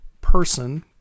person